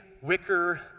wicker